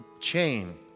chain